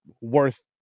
worth